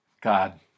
god